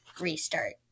Restart